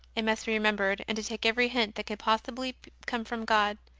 it must be remem bered, and to take every hint that could possibly come from god.